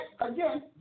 again